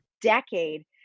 decade